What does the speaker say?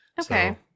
Okay